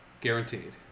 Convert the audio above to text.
Guaranteed